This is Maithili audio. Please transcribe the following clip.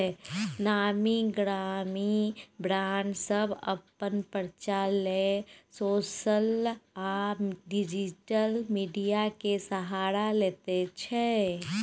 नामी गिरामी ब्राँड सब अपन प्रचार लेल सोशल आ डिजिटल मीडिया केर सहारा लैत छै